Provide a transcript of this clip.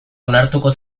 onartuko